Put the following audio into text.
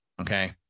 okay